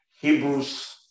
Hebrews